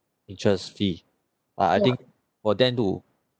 interest fee uh I think for them to